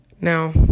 Now